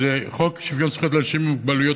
זה חוק שוויון זכויות לאנשים עם מוגבלויות,